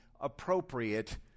appropriate